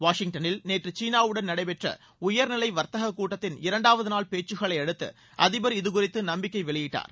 வாஷிங்டனில் நேற்று சீனாவுடன் நடைபெற்ற உயர்நிலை வர்த்தக கூட்டத்தின் இரண்டாவது நாள் பேச்சுக்களை அடுத்து அதிபர் இதுகுறித்து நம்பிக்கை வெளியிட்டார்